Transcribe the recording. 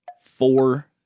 Four